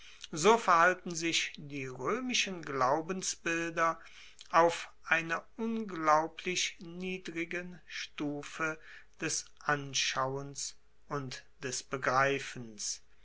so verhalten sich die roemischen glaubensbilder auf einer unglaublich niedrigen stufe des anschauens und des begreifens